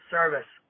Service